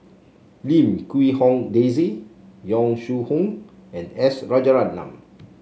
Lim Quee Hong Daisy Yong Shu Hoong and S Rajaratnam